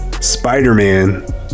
Spider-Man